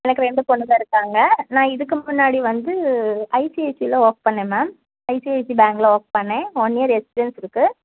எனக்கு ரெண்டு பொண்ணுங்க இருக்காங்க நான் இதுக்கு முன்னாடி வந்து ஐசிஐசிஐயில் ஒர்க் பண்ணேன் மேம் ஐசிஐசி பேங்க்கில் ஒர்க் பண்ணேன் ஒன் இயர் எக்ஸ்பீரியன்ஸ் இருக்குது